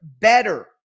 better